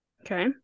Okay